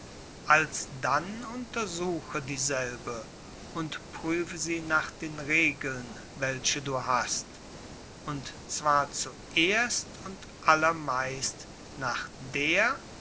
alsdann untersuche dieselbe und prüfe sie nach den regeln welche du hast und zwar zuerst und allermeist nach der